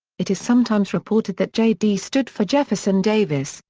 it is sometimes reported that j d. stood for jefferson davis,